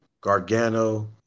Gargano